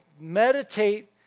Meditate